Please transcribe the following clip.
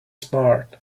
smart